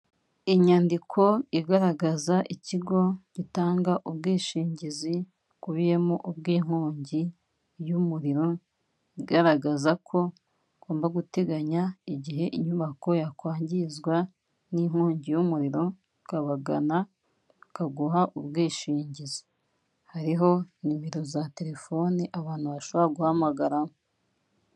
Inyandiko igaragaza ikigo gitanga ubwishingizi bukubiyemo ubw'inkongi y'umuriro igaragaza ko ugomba guteganya igihe inyubako yakwangizwa n'inkongi y'umuriro ukabagana ikaguha ubwishingizi, hariho nimero za telefoni abantu bashobora guhamagara.